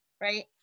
right